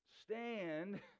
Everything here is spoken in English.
stand